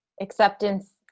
acceptance